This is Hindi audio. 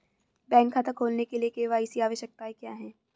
बैंक खाता खोलने के लिए के.वाई.सी आवश्यकताएं क्या हैं?